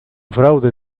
fraude